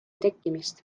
tekkimist